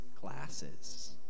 glasses